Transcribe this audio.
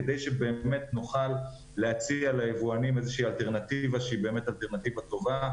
כדי שבאמת נוכל להציע ליבואנים אלטרנטיבה שהיא באמת אלטרנטיבה טובה,